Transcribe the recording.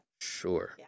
Sure